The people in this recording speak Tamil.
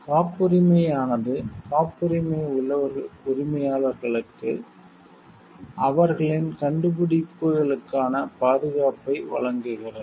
காப்புரிமை ஆனது காப்புரிமை உரிமையாளர்களுக்கு அவர்களின் கண்டுபிடிப்புகளுக்கான பாதுகாப்பை வழங்குகிறது